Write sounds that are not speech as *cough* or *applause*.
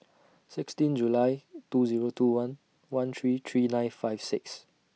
*noise* sixteen July two Zero two one one three three nine five six